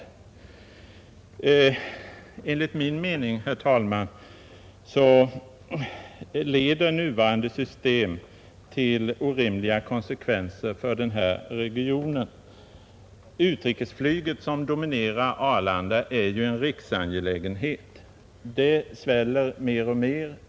Enligt min mening, herr talman, leder nuvarande system till orimliga konsekvenser för den här regionen. Utrikesflyget som dominerar Arlanda är ju en riksangelägenhet. Det sväller mer och mer.